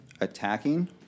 attacking